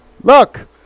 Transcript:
Look